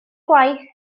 gwaith